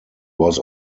was